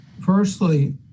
firstly